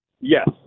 Yes